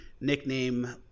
nickname